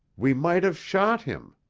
we might have shot him.